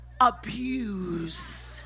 abuse